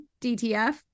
DTF